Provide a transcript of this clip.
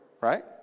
right